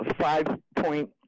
five-point